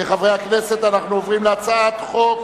חברי הכנסת, אנחנו עוברים להצעת חוק